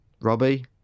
Robbie